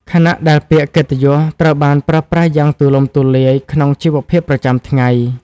ខណៈដែលពាក្យកិត្តិយសត្រូវបានប្រើប្រាស់យ៉ាងទូលំទូលាយក្នុងជីវភាពប្រចាំថ្ងៃ។